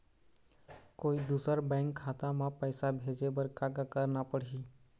कोई दूसर बैंक खाता म पैसा भेजे बर का का करना पड़ही?